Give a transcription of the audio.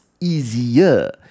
easier